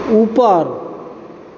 ऊपर